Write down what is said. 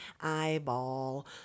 eyeball